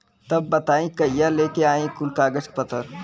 तब बताई कहिया लेके आई कुल कागज पतर?